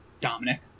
Dominic